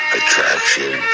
attraction